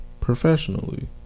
Professionally